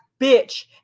bitch